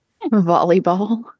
Volleyball